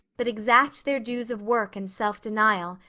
but exact their dues of work and self-denial,